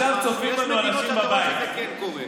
מה שאמרת עכשיו לא נשמע לי מתאים בכלל.